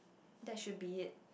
that should be it